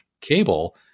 cable